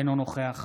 אינו נוכח